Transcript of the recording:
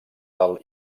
del